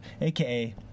aka